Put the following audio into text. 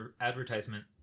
advertisement